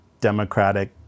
democratic